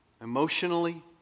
Emotionally